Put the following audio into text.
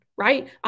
Right